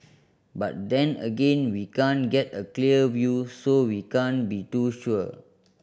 but then again we can't get a clear view so we can't be too sure